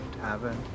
tavern